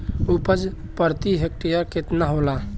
उपज प्रति हेक्टेयर केतना होला?